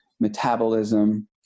metabolism